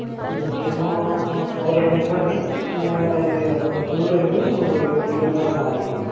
machine ఒక రెండు ఇవ్వండి మెషీన్లు రెండు రీఫిల్లు ఒక నాలుగు ఇవ్వండి